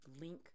link